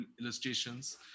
illustrations